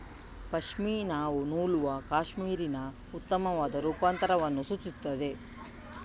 ಪಶ್ಮಿನಾವು ನೂಲುವ ಕ್ಯಾಶ್ಮೀರಿನ ಉತ್ತಮವಾದ ರೂಪಾಂತರವನ್ನು ಸೂಚಿಸುತ್ತದೆ